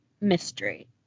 mystery